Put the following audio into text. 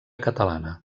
catalana